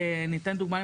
אני אתן דוגמה,